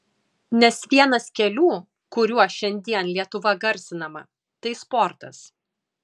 nes vienas kelių kuriuo šiandien lietuva garsinama tai sportas